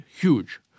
huge